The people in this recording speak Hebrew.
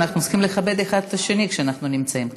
אנחנו צריכים לכבד אחד את השני כשאנחנו נמצאים כאן.